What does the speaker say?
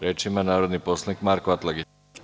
Reč ima narodni poslanik Marko Atlagić.